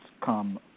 come